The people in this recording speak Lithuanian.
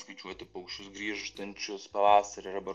skaičiuoti paukščius grįžtančius pavasarį arba